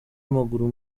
amaguru